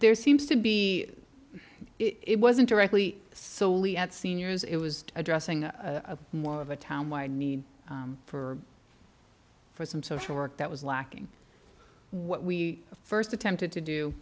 there seems to be it wasn't directly solely at seniors it was addressing a more of a town wide need for for some social work that was lacking what we first attempted to do